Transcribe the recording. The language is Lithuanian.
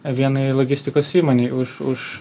vienai logistikos įmonei už už